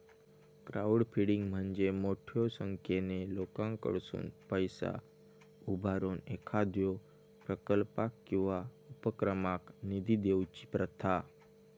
crowdfunding म्हणजे मोठ्यो संख्येन लोकांकडसुन पैसा उभारून एखाद्यो प्रकल्पाक किंवा उपक्रमाक निधी देऊची प्रथा